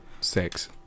Sex